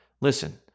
Listen